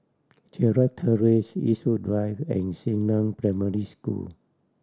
Gerald Terrace Eastwood Drive and Xingnan Primary School